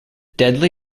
deadly